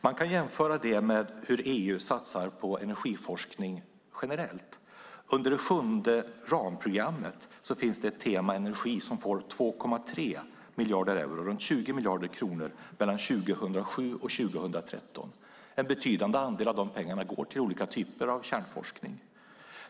Man kan jämföra med hur EU satsar på energiforskning generellt. Under det sjunde ramprogrammet finns ett Tema Energi som får 2,3 miljarder euro - runt 20 miljarder kronor - mellan 2007 och 2013. En betydande andel av dessa pengar går till olika typer av kärnforskning.